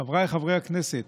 חבריי חברי הכנסת,